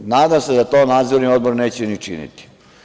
Nadam se da to Nadzorni odbor neće ni činiti.